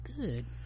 good